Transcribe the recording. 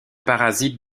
parasite